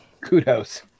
Kudos